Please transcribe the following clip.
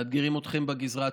מאתגרים אתכם בגזרה הצפונית,